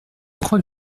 crois